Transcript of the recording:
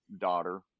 daughter